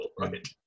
right